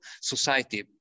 society